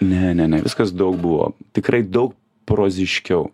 ne ne ne viskas daug buvo tikrai daug proziškiau